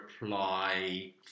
reply